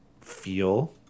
feel